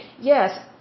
yes